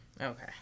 Okay